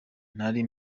nari